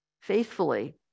faithfully